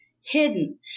hidden